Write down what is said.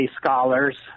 scholars